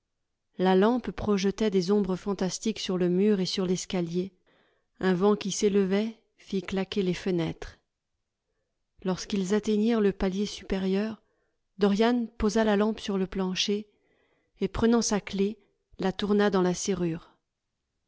la lampe projetait des ombres fantastiques sur le mur et sur l'escalier un vent qui s'élevait fît claquer les fenêtres lorsqu'ils atteignirent le palier supérieur dorian posa la lampe sur le plancher et prenant sa clef la tourna dans la serrure